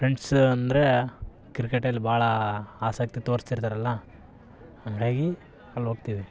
friends ಅಂದರೆ ಕ್ರಿಕೆಟಲ್ಲಿ ಭಾಳ ಆಸಕ್ತಿ ತೋರಿಸಿರ್ತಾರಲ್ಲ ಹಾಗಾಗಿ ಅಲ್ಲಿ ಹೋಗ್ತಿವಿ